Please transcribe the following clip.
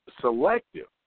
selective